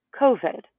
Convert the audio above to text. COVID